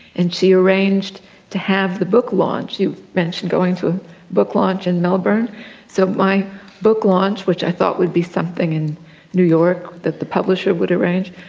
and she arranged to have the book launch you mentioned going to a book launch in melbourne so my book launch, which i thought would be something in new york that the publisher would arrange,